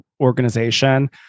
organization